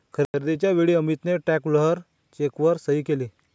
खरेदीच्या वेळी अमितने ट्रॅव्हलर चेकवर सही केली